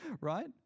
right